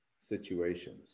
situations